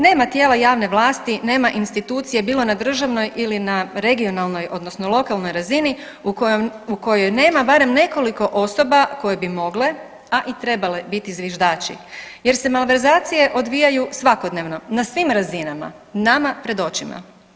Nema tijela javne vlasti, nema institucije bilo na državnoj ili na regionalnoj odnosno lokalnoj razini u kojoj nema barem nekoliko osoba koje bi mogle, a i trebale biti zviždači jer se malverzacije odvijaju svakodnevno na svim razinama nama pred očima.